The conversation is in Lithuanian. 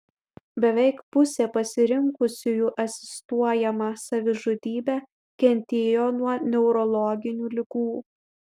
beveik pusė pasirinkusiųjų asistuojamą savižudybę kentėjo nuo neurologinių ligų